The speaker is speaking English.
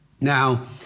Now